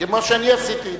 כמו שאני עשיתי,